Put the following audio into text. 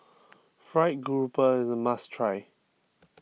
Fried Grouper is a must try